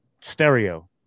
Stereo